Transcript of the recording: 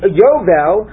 yovel